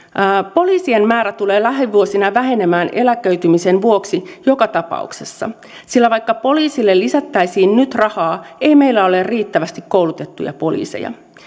poliisien määrä tulee lähivuosina vähenemään eläköitymisen vuoksi joka tapauksessa sillä vaikka poliisille lisättäisiin nyt rahaa ei meillä ole riittävästi koulutettuja poliiseja